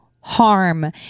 harm